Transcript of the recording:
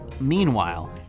Meanwhile